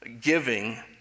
Giving